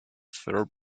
fair